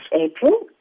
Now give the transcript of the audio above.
April